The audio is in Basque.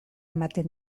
ematen